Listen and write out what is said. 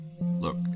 look